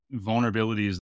vulnerabilities